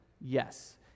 Yes